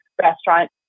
restaurant